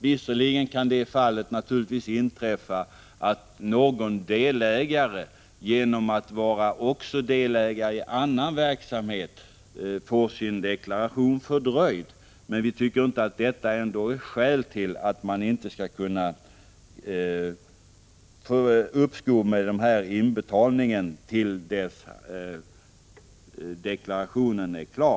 Visserligen kan det inträffa att en delägare på grund av att han är delägare även i annan verksamhet blir fördröjd med sin deklaration, men enligt vår mening motiverar detta inte en särbehandling av handelsbolagen, utan i sådana fall bör en delägare kunna få uppskov med inbetalningen till dess hans deklaration är klar.